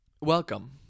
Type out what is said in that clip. welcome